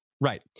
right